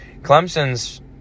Clemson's